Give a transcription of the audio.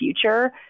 future